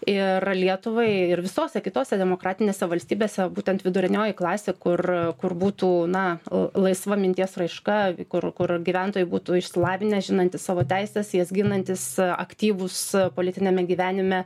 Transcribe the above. ir lietuvai ir visose kitose demokratinėse valstybėse būtent vidurinioji klasė kur kur būtų na laisva minties raiška kur kur gyventojai būtų išsilavinę žinantys savo teises jas ginantys aktyvūs politiniame gyvenime